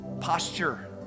posture